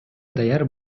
даяр